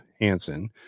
Hanson